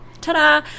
ta-da